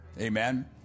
Amen